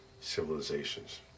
civilizations